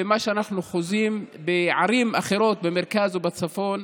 ומה שאנחנו חוזים בערים אחרות במרכז ובצפון,